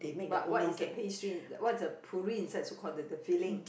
but what is the pastry what is the puree inside so called the the filling